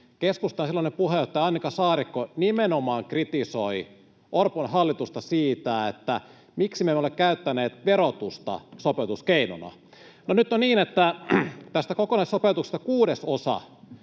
keskustan silloinen puheenjohtaja Annika Saarikko nimenomaan kritisoi Orpon hallitusta siitä, että miksi me emme ole käyttäneet verotusta sopeutuskeinona. No, nyt on niin, että tästä kokonaissopeutuksesta kuudesosa